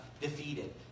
defeated